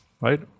right